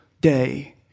day